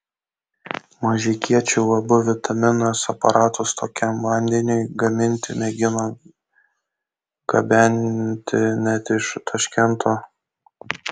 mažeikiečių uab vitaminas aparatus tokiam vandeniui gaminti mėgino gabenti net iš taškento